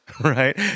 Right